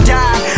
die